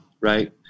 Right